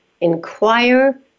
inquire